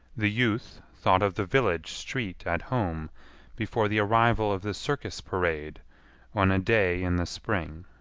the youth thought of the village street at home before the arrival of the circus parade on a day in the spring.